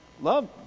love